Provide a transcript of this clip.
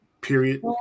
Period